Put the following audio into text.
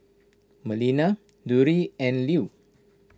Melina Drury and Lew